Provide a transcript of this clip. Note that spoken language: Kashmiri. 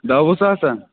دَہ وُہ ساسا